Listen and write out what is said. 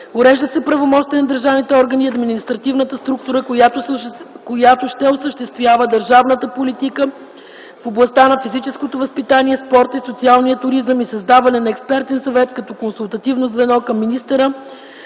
Уреждат се правомощията на държавните органи и административната структура, която ще осъществява държавната политика в областта на физическото възпитание, спорта и социалния туризъм и създаване на експертен съвет като консултативно звено към министъра